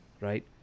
right